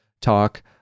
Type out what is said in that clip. talk